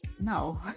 no